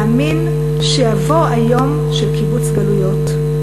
להאמין שיבוא היום של קיבוץ גלויות.